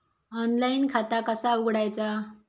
Online खाता कसा उघडायचा?